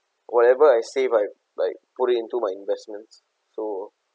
whatever I save I I put it into my investments so